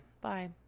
Bye